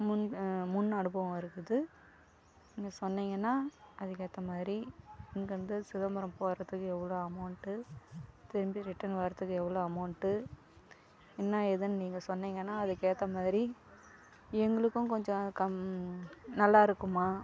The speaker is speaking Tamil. முன் முன் அனுபவம் இருக்குது எனக்கு சொன்னிங்கன்னா அதுக்கு ஏற்ற மாதிரி இங்கேருந்து சிதம்பரம் போகறத்துக்கு எவ்வளோ அமௌண்ட்டு திரும்பி ரிட்டர்ன் வர்றத்துக்கு எவ்வளோ அமௌண்ட்டு என்னா ஏதுன்னு நீங்கள் சொன்னிங்கன்னா அதுக்கு ஏற்ற மாதிரி எங்களுக்கும் கொஞ்சம் கம் நல்லா இருக்குமா